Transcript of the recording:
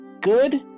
good